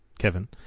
Kevin